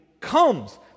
comes